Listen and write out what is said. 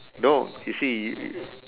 no you see y~ y~